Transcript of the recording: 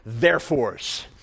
therefores